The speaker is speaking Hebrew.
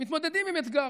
מתמודדים עם אתגר,